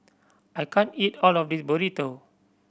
I can't eat all of this Burrito